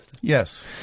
Yes